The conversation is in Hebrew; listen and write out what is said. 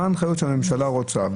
מה ההנחיות שהממשלה רוצה.